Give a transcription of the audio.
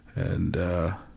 and ah.